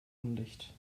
undicht